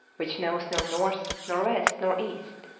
which knows no north, nor west, nor east.